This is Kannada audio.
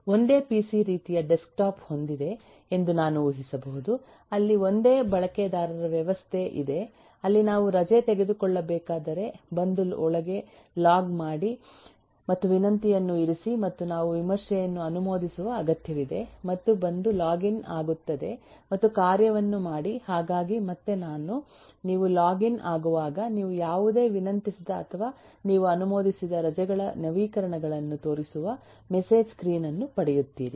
ಒಂದೇ ಪಿಸಿ ರೀತಿಯ ಡೆಸ್ಕ್ಟಾಪ್ ಹೊಂದಿದೆ ಎಂದು ನಾನು ಊಹಿಸಬಹುದು ಅಲ್ಲಿ ಒಂದೇ ಬಳಕೆದಾರ ವ್ಯವಸ್ಥೆ ಇದೆ ಅಲ್ಲಿ ನಾವು ರಜೆ ತೆಗೆದುಕೊಳ್ಳಬೇಕಾದರೆ ಬಂದು ಒಳಗೆ ಲಾಗ್ ಮಾಡಿ ಮತ್ತು ವಿನಂತಿಯನ್ನು ಇರಿಸಿ ಮತ್ತು ನಾವು ವಿಮರ್ಶೆಯನ್ನು ಅನುಮೋದಿಸುವ ಅಗತ್ಯವಿದೆ ಮತ್ತೆ ಬಂದು ಲಾಗ್ ಇನ್ ಆಗುತ್ತದೆ ಮತ್ತು ಕಾರ್ಯವನ್ನು ಮಾಡಿ ಹಾಗಾಗಿ ಮತ್ತು ನಾನು ನೀವು ಲಾಗ್ ಇನ್ ಆಗುವಾಗ ನೀವು ಯಾವುದೇ ವಿನಂತಿಸಿದ ಅಥವಾ ನೀವು ಅನುಮೋದಿಸಿದ ರಜೆಗಳ ನವೀಕರಣಗಳನ್ನು ತೋರಿಸುವ ಮೆಸೇಜ್ ಸ್ಕ್ರೀನ್ ಅನ್ನು ಪಡೆಯುತ್ತೀರಿ